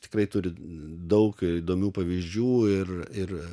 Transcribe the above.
tikrai turi daug įdomių pavyzdžių ir ir